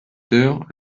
heures